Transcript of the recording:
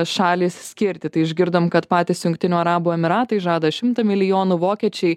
šalys skirti tai išgirdom kad patys jungtinių arabų emyratai žada šimtą milijonų vokiečiai